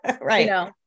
Right